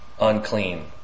unclean